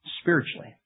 spiritually